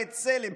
בצלם,